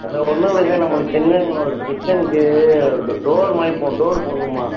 அது ஒன்றும் இல்லை சார் நம்மளுக்குத் தெரிஞ்சவங்க ஒரு கிச்சனுக்கு ஒரு டோ டோர் மாதிரி போட டோர் போடணுமா